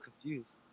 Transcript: confused